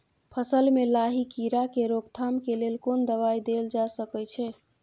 फसल में लाही कीरा के रोकथाम के लेल कोन दवाई देल जा सके छै?